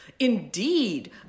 Indeed